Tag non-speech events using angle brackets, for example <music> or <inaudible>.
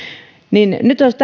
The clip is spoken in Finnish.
nyt olisi <unintelligible>